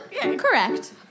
Correct